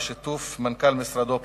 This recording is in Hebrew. בשיתוף מנכ"ל משרדו,